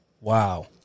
Wow